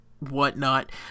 whatnot